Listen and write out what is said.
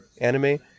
anime